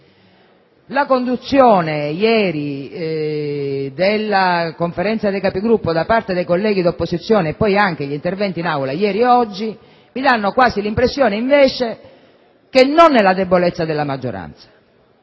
La conduzione ieri della Conferenza dei Capigruppo da parte dei colleghi dell'opposizione e poi anche gli interventi in Aula ieri e oggi, mi danno quasi l'impressione, invece, che, non nella debolezza della maggioranza,